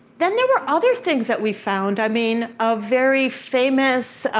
then there were other things that we found, i mean, a very famous